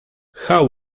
how